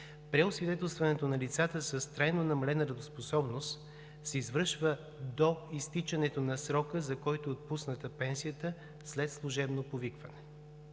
преосвидетелстването на лицата с трайно намалена работоспособност се извършва до изтичането на срока, за който е отпусната пенсията, след служебно повикване.